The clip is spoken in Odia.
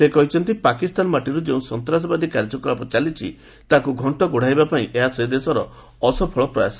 ସେ କହିଛନ୍ତି ପାକିସ୍ତାନ ମାଟିରୁ ଯେଉଁ ସନ୍ତାସବାଦୀ କାର୍ଯ୍ୟକଳାପ ଚାଲିଛି ତାକୁ ଘଣ୍ଟ ଘୋଡ଼ାଇବାପାଇଁ ଏହା ସେ ଦେଶର ଅସଫଳ ପ୍ରୟାସ